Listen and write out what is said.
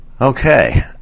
Okay